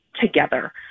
together